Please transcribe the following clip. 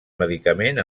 medicament